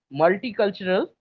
multicultural